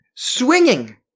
Swinging